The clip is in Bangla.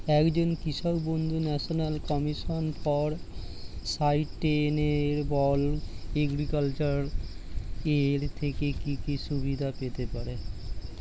একজন কৃষক বন্ধু national commission for sustainable agriculture এর থেকে কি কি সুবিধা পেতে পারে?